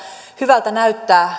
hyvältä näyttää